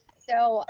so